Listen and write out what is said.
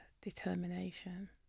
determination